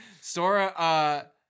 Sora